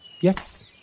yes